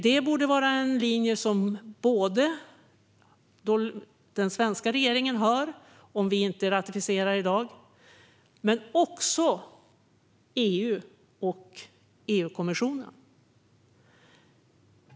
Detta borde vara en linje för den svenska regeringen, såvida vi inte ratificerar detta i dag, men också för EU och EU-kommissionen.